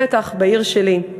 בטח בעיר שלי.